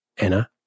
Anna